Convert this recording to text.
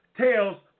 tails